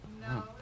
No